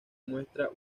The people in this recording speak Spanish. muestra